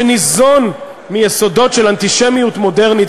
שניזון מיסודות של אנטישמיות מודרנית,